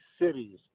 cities